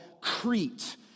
Crete